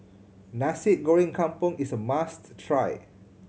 Nasi Goreng Kampung is a must try